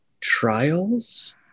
trials